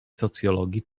socjologii